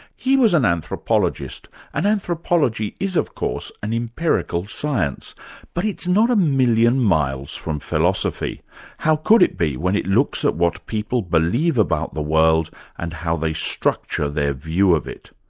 he was an anthropologist and anthropology is, of course, an empirical science but it's not a million miles from philosophy how could it be when it looks at what people believe about the world and how they structure their view of it?